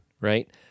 right